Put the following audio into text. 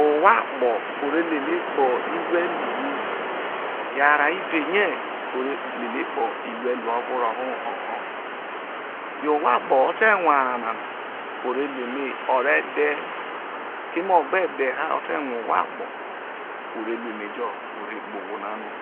Ohwo-akpo̠ o re lelei kpoho irueruhu yo arao iberie o re letei kpoho irueru o̠vo woho̠ oho ho̠ yo̠no̠ ohwo akpo̠ o̠te̠ rue̠ arao nana o re ru eme o̠ re̠ dhe̠ keme o̠ gbe dhe̠ ha o̠ te̠ ha o̠te̠ rue̠ ohwo-akpo̠ o re ru emejo o re kpe ohwo-akpo na no.